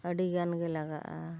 ᱟᱹᱰᱤᱜᱟᱱ ᱜᱮ ᱞᱟᱜᱟᱜᱼᱟ